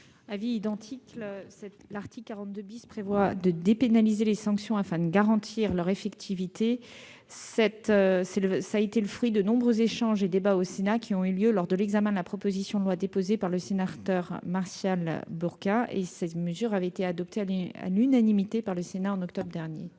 avis. L'article 42 prévoit de dépénaliser les sanctions afin de garantir leur effectivité. C'est le fruit de nombreux échanges qui ont eu lieu au Sénat lors de l'examen de la proposition de loi déposée par le sénateur Martial Bourquin. Ces mesures avaient été adoptées à l'unanimité par le Sénat en octobre dernier.